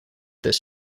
this